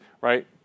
right